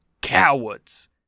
Cowards